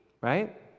right